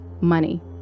money